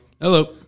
Hello